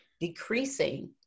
decreasing